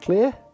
Clear